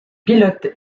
pilotes